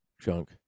junk